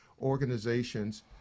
organizations